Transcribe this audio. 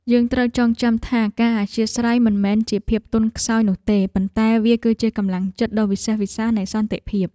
យើងត្រូវចងចាំថាការអធ្យាស្រ័យមិនមែនជាភាពទន់ខ្សោយនោះទេប៉ុន្តែវាគឺជាកម្លាំងចិត្តដ៏វិសេសវិសាលនៃសន្តិភាព។